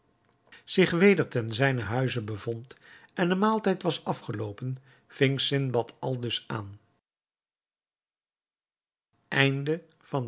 zich weder ten zijnen huize bevond en de maaltijd was afgeloopen ving sindbad aldus aan